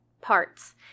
parts